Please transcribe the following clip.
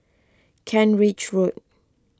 Kent Ridge Road